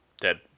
dead